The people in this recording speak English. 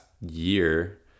year